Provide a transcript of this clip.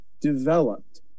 developed